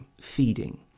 feeding